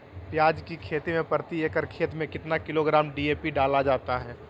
प्याज की खेती में प्रति एकड़ खेत में कितना किलोग्राम डी.ए.पी डाला जाता है?